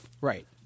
Right